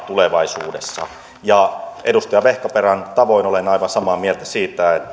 tulevaisuudessa edustaja vehkaperän tavoin olen aivan samaa mieltä siitä